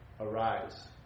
Arise